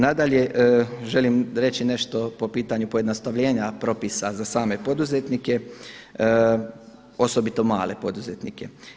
Nadalje, želim reći nešto po pitanju pojednostavljenja propisa za same poduzetnike, osobito male poduzetnike.